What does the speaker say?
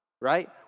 right